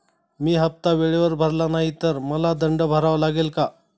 मी हफ्ता वेळेवर भरला नाही तर मला दंड भरावा लागेल का?